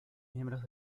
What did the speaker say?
miembros